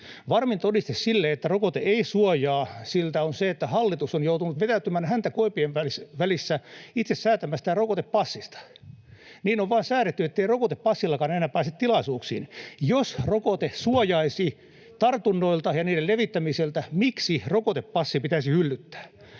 Varmin todiste sille, että rokote ei suojaa siltä, on se, että hallitus on joutunut vetäytymään häntä koipien välissä itse säätämästään rokotepassista: on vain säädetty, ettei rokotepassillakaan enää pääse tilaisuuksiin. Jos rokote suojaisi tartunnoilta ja niiden levittämisestä, miksi rokotepassi pitäisi hyllyttää?